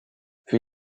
für